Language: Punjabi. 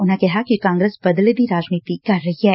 ਉਨੂਾਂ ਕਿਹਾ ਕਿ ਕਾਂਗਰਸ ਬਦਲੇ ਦੀ ਰਾਜਨੀਤੀ ਕਰ ਰਹੀ ਏ